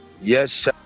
Yes